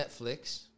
Netflix